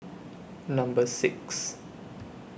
Number six